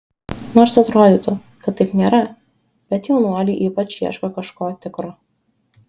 nors atrodytų kad taip nėra bet jaunuoliai ypač ieško kažko tikro